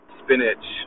spinach